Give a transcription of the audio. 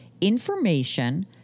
information